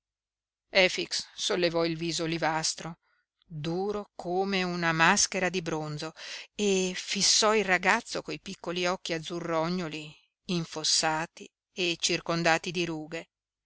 folletti efix sollevò il viso olivastro duro come una maschera di bronzo e fissò il ragazzo coi piccoli occhi azzurrognoli infossati e circondati di rughe